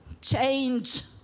change